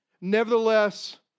Nevertheless